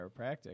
chiropractic